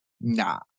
Nah